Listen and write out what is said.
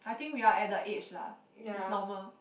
I think we are at the age lah is normal